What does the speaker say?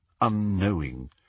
unknowing